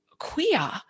queer